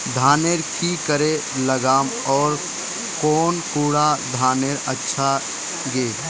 धानेर की करे लगाम ओर कौन कुंडा धानेर अच्छा गे?